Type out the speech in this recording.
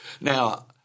Now